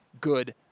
good